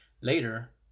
Later